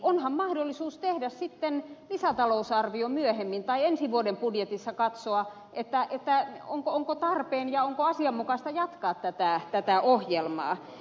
onhan mahdollisuus tehdä sitten lisätalousarvio myöhemmin tai ensi vuoden budjetissa katsoa onko tarpeen ja onko asianmukaista jatkaa tätä ohjelmaa